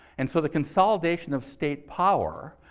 and so, the consolidation of state power,